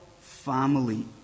family